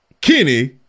Kenny